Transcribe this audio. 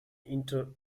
inter